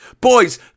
Boys